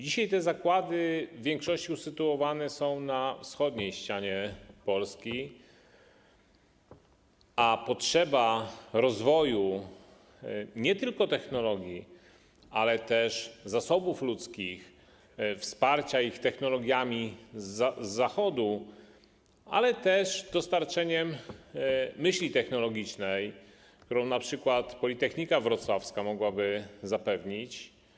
Dzisiaj te zakłady w większości usytuowane są na wschodniej ścianie Polski, a potrzeba rozwoju nie tylko technologii, ale też zasobów ludzkich, wsparcia ich technologiami z Zachodu, dostarczenia myśli technologicznej, którą np. Politechnika Wrocławska mogłaby zapewnić.